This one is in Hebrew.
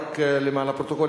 רק למען הפרוטוקול,